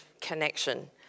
connection